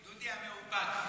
דודי המאופק.